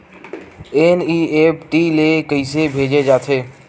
NEFT ले कइसे भेजे जाथे?